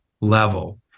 level